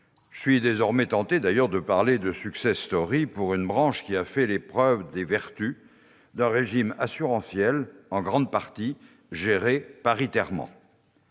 je suis désormais tenté de parler de pour une branche qui a fait les preuves des vertus d'un régime assurantiel, en grande partie géré paritairement.